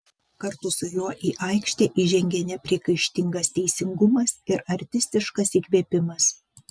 kartu su juo į aikštę įžengė nepriekaištingas teisingumas ir artistiškas įkvėpimas